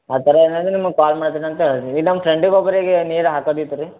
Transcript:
ಆ ಥರ ಏನಿದ್ರೆ ನಿಮಗೆ ಕಾಲ್ ಮಾಡ್ತೀನಂತ ಹೇಳಿ ಇದು ನಮ್ಮ ಫ್ರೆಂಡಿಗೊಬ್ಬರಿಗೆ ನೀರು ಹಾಕೋದಿತ್ತು ರೀ